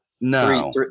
No